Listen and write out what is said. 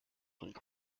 link